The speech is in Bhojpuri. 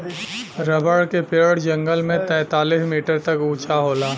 रबर क पेड़ जंगल में तैंतालीस मीटर तक उंचा होला